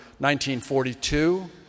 1942